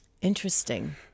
Interesting